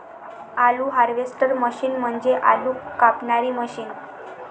आलू harvester machine म्हणजे आलू कापणारी मशीन